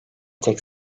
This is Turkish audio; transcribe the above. tek